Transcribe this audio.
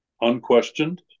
unquestioned